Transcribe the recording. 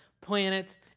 planets